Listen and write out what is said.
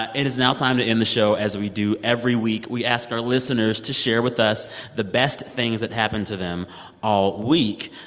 it is now time to end the show as we do every week. we ask our listeners to share with us the best things that happened to them all week.